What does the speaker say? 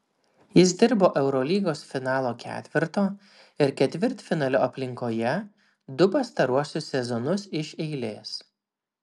jis dirbo eurolygos finalo ketverto ir ketvirtfinalio aplinkoje du pastaruosius sezonus iš eilės